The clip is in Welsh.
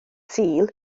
sul